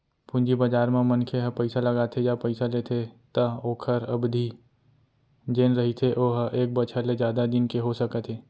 पूंजी बजार म मनखे ह पइसा लगाथे या पइसा लेथे त ओखर अबधि जेन रहिथे ओहा एक बछर ले जादा दिन के हो सकत हे